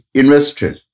invested